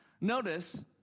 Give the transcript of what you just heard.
notice